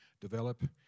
develop